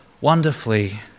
wonderfully